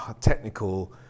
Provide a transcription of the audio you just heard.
technical